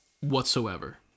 whatsoever